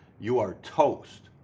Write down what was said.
you are toast.